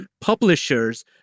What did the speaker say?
publishers